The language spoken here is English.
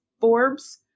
Forbes